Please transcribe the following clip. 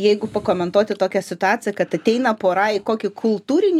jeigu pakomentuoti tokią situaciją kad ateina pora į kokį kultūrinį